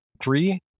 Three